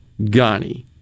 Ghani